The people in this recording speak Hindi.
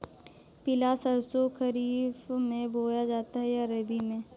पिला सरसो खरीफ में बोया जाता है या रबी में?